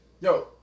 Yo